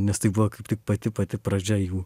nes tai buvo tik pati pati pradžia jų